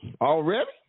Already